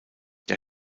der